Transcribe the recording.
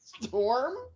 Storm